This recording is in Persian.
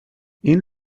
این